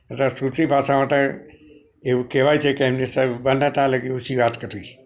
ત્યાં સુરતી ભાષા માટે એવું કહેવાય છે કે એમની સાથે બને ત્યાં લગી ઓછી વાત કરવી